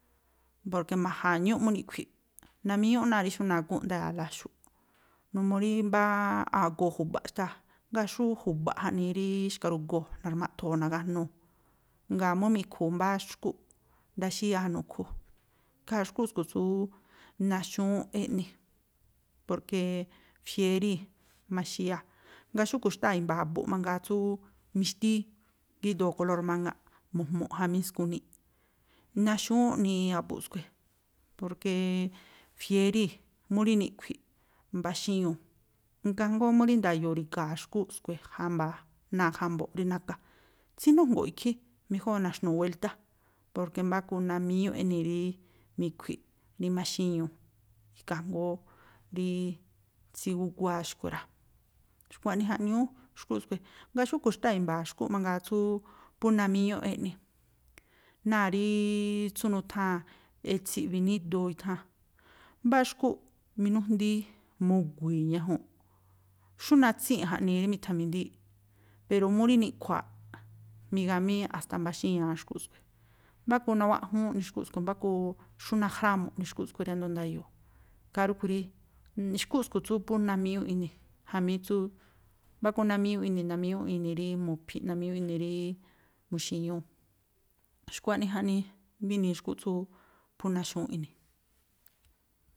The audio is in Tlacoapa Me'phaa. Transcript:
Porke ma̱ja̱ñúꞌ mú niꞌkhui̱ꞌ, namíñúꞌ náa̱ rí xú nagúnꞌ nda̱ya̱a̱la xu̱ꞌ, numuu rí mbáá a̱goo ju̱ba̱ꞌ xtáa̱, ngáa̱ xú ju̱ba̱ꞌ jaꞌnii rííí xkarugoo̱ narmáꞌthoo̱ nagájnuu̱. Ngáa̱ mú mi̱khu̱u̱ mbáá xkúꞌ, ndaxíyáa̱ núkhú. Ikhaa xkúꞌ skui̱ tsúú naxúwúnꞌ eꞌni, porke fiéríi̱ maxíyáa̱. Ngáa̱ xúꞌkhui̱ xtáa̱ i̱mba̱a̱ a̱bu̱nꞌ mangaa tsúúú mixtíí, gíꞌdoo̱ kolór maŋa̱ꞌ, mu̱jmu̱ jamí skuniꞌ. Naxúwúnꞌ eꞌni a̱bu̱nꞌ skui̱, porke fiéríi̱. Mú rí niꞌkhui̱ mbaxíñuu̱, ikhaa jngóó mú rí nda̱yo̱o̱ ri̱ga̱a̱ xkúꞌ skui̱ jamba̱a, náa̱ jambo̱ꞌ rí naka, tsínújngo̱ꞌ ikhí, mejóo̱ na̱xnu̱u̱ wéltá, porke mbáku namíñúꞌ eꞌnii rííí mi̱khui̱ꞌ rí maxíñuu̱. Khangóó rí tsígúguáa̱ xkui̱ rá. Xkua̱ꞌnii jaꞌñúú xkúꞌ skui̱. Ngáa̱ xúꞌkhui̱ xtáa̱ i̱mba̱a̱ xkúꞌ mangaa tsú phú namíñúꞌ eꞌni, náa̱ rííí tsú nutháa̱n, e̱tsi̱ꞌ bi̱nídoo itháa̱n. Mbáá xkúꞌ minújndíí, mugui̱i̱ ñajuu̱nꞌ, xú natsíi̱nꞌ jaꞌnii rí mi̱tha̱mindíi̱ꞌ, pero mú rí mi̱ꞌkhua̱a̱ꞌ migamíí a̱sta̱ mbaxíña̱a xkúꞌ skui̱. Mbáku nawaꞌjúún eꞌni xkúꞌ skui̱, mbáku xú najrámu̱ꞌ eꞌni xkúꞌ skui̱ riándo̱ nda̱yo̱o̱. Ikhaa rúꞌkhui̱ rí, xkúꞌ skui̱ tsú phú namíñúꞌ ini̱, jamí tsú, mbáku namíñúꞌ ini̱, namíñúꞌ ini̱ rí mu̱phi̱ꞌ, namíñúꞌ ini̱ rí muxi̱ñúu̱. Xkua̱ꞌnii jaꞌnii mbínii xkúꞌ tsú phú naxúwúnꞌ ini̱.